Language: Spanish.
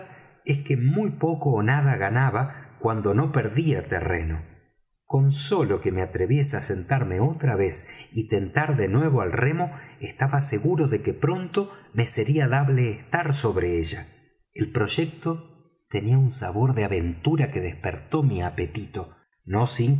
es que muy poco ó nada ganaba cuando no perdía terreno con sólo que me atreviese á sentarme otra vez y tentar de nuevo al remo estaba seguro de que pronto me sería dable estar sobre ella el proyecto tenía un sabor de aventura que despertó mi apetito no sin